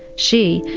she,